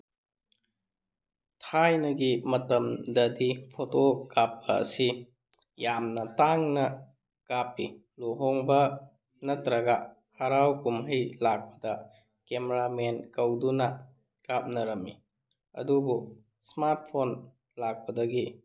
ꯊꯥꯏꯅꯒꯤ ꯃꯇꯝꯗꯗꯤ ꯐꯣꯇꯣ ꯀꯥꯞꯄ ꯑꯁꯤ ꯌꯥꯝꯅ ꯇꯥꯡꯅ ꯀꯥꯞꯄꯤ ꯂꯨꯍꯣꯡꯕ ꯅꯠꯇ꯭ꯔꯒ ꯍꯔꯥꯎ ꯀꯨꯝꯍꯩ ꯂꯥꯛꯄꯗ ꯀꯦꯃꯦꯔꯥꯃꯦꯟ ꯀꯧꯗꯨꯅ ꯀꯥꯞꯅꯔꯝꯃꯤ ꯑꯗꯨꯕꯨ ꯏꯁꯃꯥꯔꯠ ꯐꯣꯟ ꯂꯥꯛꯄꯗꯒꯤ